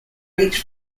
each